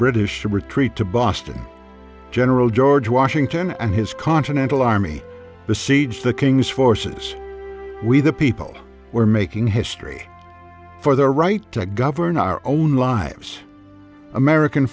british to retreat to boston general george washington and his continental army the siege the king's forces we the people were making history for their right to govern our own lives american